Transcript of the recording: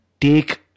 take